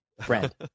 Friend